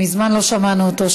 מזמן לא שמענו אותו.